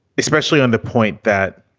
especially on the point that.